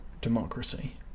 democracy